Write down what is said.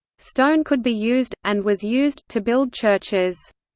stone could be used, and was used, to build churches.